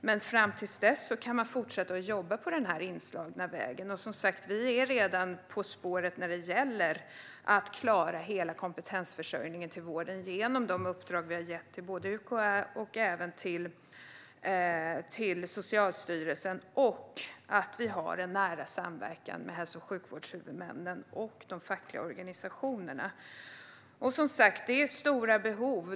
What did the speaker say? Men fram till dess kan man fortsätta på den inslagna vägen. Vi är redan på spåret när det gäller att klara hela kompetensförsörjningen till vården genom de uppdrag vi har gett till UKÄ och Socialstyrelsen. Vi har också en nära samverkan med hälso och sjukvårdshuvudmännen och de fackliga organisationerna. Det är stora behov.